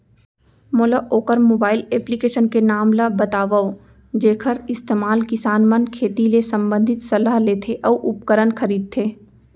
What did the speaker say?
मोला वोकर mobile application के नाम ल बतावव जेखर इस्तेमाल किसान मन खेती ले संबंधित सलाह लेथे अऊ उपकरण खरीदथे?